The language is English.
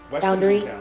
Boundary